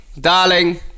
darling